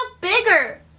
bigger